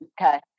Okay